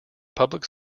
public